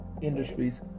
industries